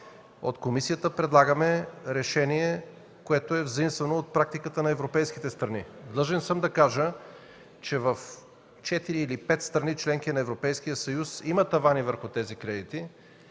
От комисията предлагаме решение, което е заимствано от практиката на европейските страни. Длъжен съм да кажа, че в четири или пет страни – членки на Европейския съюз, има тавани върху тези кредити.